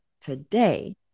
today